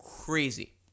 crazy